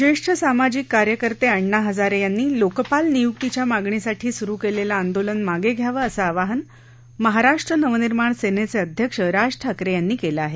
ज्येष्ठ सामाजिक कार्यकर्ते अण्णा हजारे यांनी लोकपाल नियुक्तीच्या मागणीसाठी सुरु केलेलं आंदोलन मागं घ्यावं असं आवाहन महाराष्ट्र नवनिर्माण सेनेचे अध्यक्ष राज ठाकरे यांनी केलं आहे